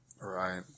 Right